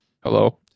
hello